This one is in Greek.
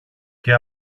και